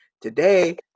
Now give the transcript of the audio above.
today